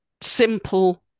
simple